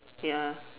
ya